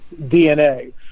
dna